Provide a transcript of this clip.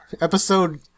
Episode